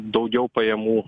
daugiau pajamų